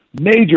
major